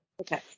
Okay